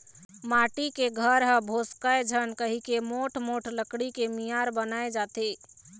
माटी के घर ह भोसकय झन कहिके मोठ मोठ लकड़ी के मियार बनाए जाथे